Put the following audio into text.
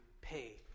pay